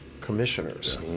commissioners